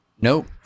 Nope